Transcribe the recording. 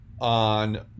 on